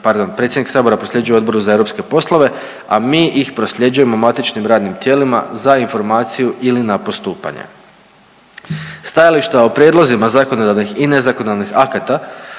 predsjednik Sabora prosljeđuje Odboru za europske poslove, a mi ih prosljeđujemo matičnim radnim tijelima za informaciju ili na postupanje. Stajališta o prijedlozima zakonodavnih i nezakonodavnih akata